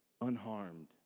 unharmed